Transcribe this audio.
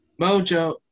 Mojo